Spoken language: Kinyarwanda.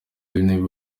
w’intebe